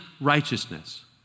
righteousness